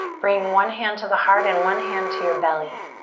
bring one hand to the heart and one hand to your belly.